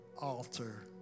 altar